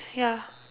ya